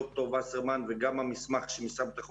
תמשיך.